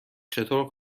چطور